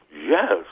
Yes